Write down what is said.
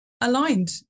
aligned